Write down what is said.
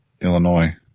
Illinois